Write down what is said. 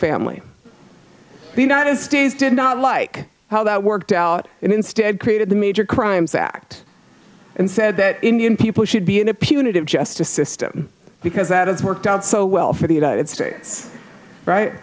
family the united states did not like how that worked out and instead created the major crimes act and said that indian people should be in a punitive justice system because that has worked out so well for the united states